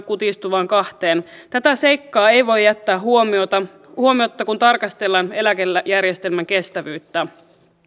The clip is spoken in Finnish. kutistuvan kahteen tätä seikkaa ei voi jättää huomiotta kun tarkastellaan eläkejärjestelmän kestävyyttä